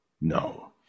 no